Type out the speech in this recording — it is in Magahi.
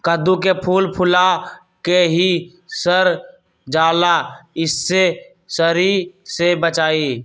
कददु के फूल फुला के ही सर जाला कइसे सरी से बचाई?